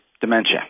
dementia